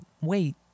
wait